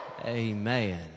Amen